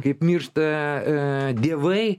kaip miršta a dievai